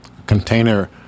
container